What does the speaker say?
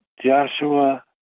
Joshua